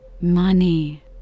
Money